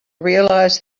realize